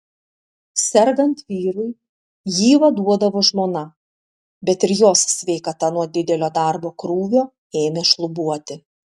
sergant vyrui jį vaduodavo žmona bet ir jos sveikata nuo didelio darbo krūvio ėmė šlubuoti